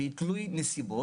והיא תלוית נסיבות.